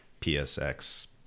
PSX